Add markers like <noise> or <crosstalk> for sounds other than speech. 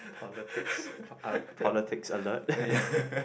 politics po~ uh politics alert <laughs>